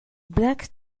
black